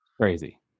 crazy